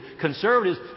conservatives